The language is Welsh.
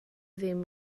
ddim